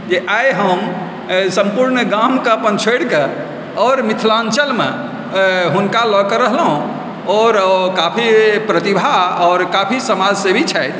जे आइ हम सम्पूर्ण गामके अपन छोड़िकऽ आओर मिथिलाञ्चलमे हुनका लऽ कऽ रहलहुँ और काफी प्रतिभा आओर काफी समाजसेवी छथि